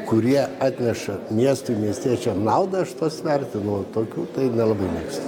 kurie atneša miestui miestiečiams naudą aš tuos vertinu o tokių tai nelabai mėgstu